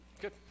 Good